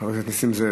חבר הכנסת נסים זאב.